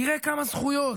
תראה כמה זכויות.